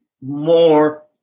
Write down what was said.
more